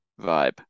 vibe